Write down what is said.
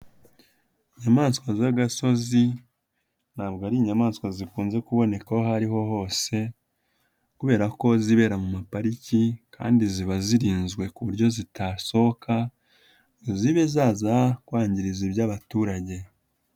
Inyamaswa z'agasozi ntabwo ari inyamaswa zikunze kuboneka aho ari ho hose kubera ko zibera mu mapariki kandi ziba zirinzwe ku buryo zitasohoka ngo zibe zaza kwangiriza iby'abaturage.